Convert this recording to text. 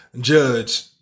Judge